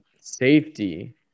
safety